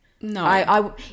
No